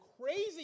crazy